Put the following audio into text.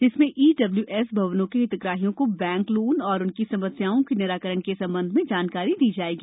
जिसमें ईडब्ल्यूएस भवनों के हितग्राहियों को बैंक लोन एवं उनकी समस्याओं के निराकरण के संबंध में जानकारी दी जाएगी